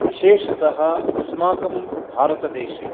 विशेषतः अस्माकं भारतदेशे